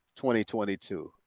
2022